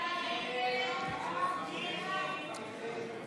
הסתייגות 250 לא נתקבלה.